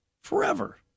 forever